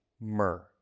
myrrh